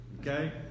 Okay